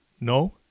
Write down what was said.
no